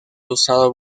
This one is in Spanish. usado